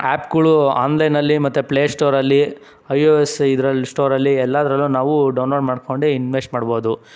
ಆ್ಯಪ್ಗಳು ಆನ್ಲೈನ್ಲ್ಲಿ ಮತ್ತು ಪ್ಲೇಸ್ಟೋರಲ್ಲಿ ಐ ಓ ಎಸ್ ಇದರಲ್ಲಿ ಸ್ಟೋರಲ್ಲಿ ಎಲ್ಲದ್ರಲ್ಲೂ ನಾವು ಡೌನ್ಲೋಡ್ ಮಾಡ್ಕೊಂಡು ಇನ್ವೆಶ್ಟ್ ಮಾಡ್ಬೋದು